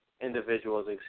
individuals